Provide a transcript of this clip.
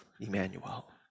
Emmanuel